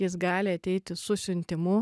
jis gali ateiti su siuntimu